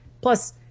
Plus